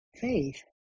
faith